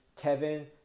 Kevin